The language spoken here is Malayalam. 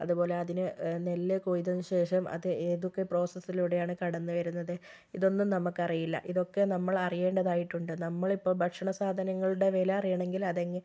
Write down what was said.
അത്പോലെ അതിന് നെല്ല് കൊയ്തതിന് ശേഷം അത് ഏതൊക്കെ പ്രോസസ്സിലൂടെയാണ് കടന്ന് വരുന്നത് ഇതൊന്നും നമുക്കറിയില്ല ഇതൊക്കെ നമ്മൾ അറിയേണ്ടതായിട്ടുണ്ട് നമ്മളിപ്പോൾ ഭക്ഷണസാധനങ്ങളുടെ വില അറിയണമെങ്കിൽ അത്